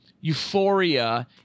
euphoria